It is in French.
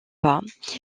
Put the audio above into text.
pas